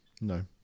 No